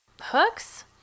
Hooks